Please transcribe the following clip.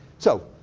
so,